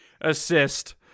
assist